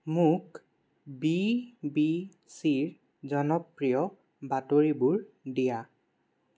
মোক B B C ৰ জনপ্ৰিয় বাতৰিবোৰ দিয়া